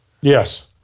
Yes